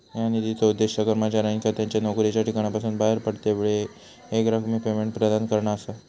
ह्या निधीचो उद्देश कर्मचाऱ्यांका त्यांच्या नोकरीच्या ठिकाणासून बाहेर पडतेवेळी एकरकमी पेमेंट प्रदान करणा असा